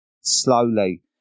slowly